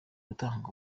gutanga